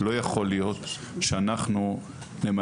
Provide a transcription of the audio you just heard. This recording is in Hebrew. לא יכול להיות שאנחנו נמהר,